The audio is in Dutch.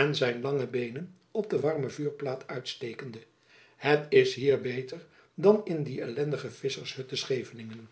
en zijn lange beenen op de warme vuurplaat uitstekende het is hier beter dan in die ellendige visschershut te scheveningen